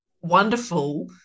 wonderful